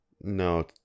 No